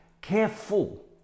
careful